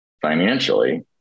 financially